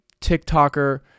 TikToker